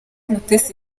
mutesi